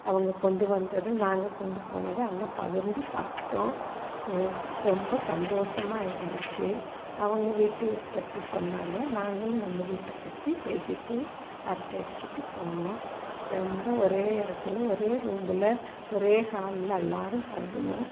அவங்க கொண்டு வந்தது நாங்கள் கொண்டு போனது எல்லாம் பகிர்ந்து சாப்பிட்டோம் ரொம்ப சந்தோசமாக இருந்துச்சு அவங்க வீட்டுப் பற்றி சொன்னாங்க நாங்களும் நம்ம வீட்டைப் பற்றி பேசிக்கிட்டு அரட்டை அடிச்சிட்டு போனோம் ரொம்ப ஒரே இடத்துல ஒரே ரூம்பில் ஒரே ஹால்ல எல்லாரும் தங்கினோம்